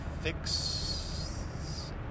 fix